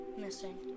missing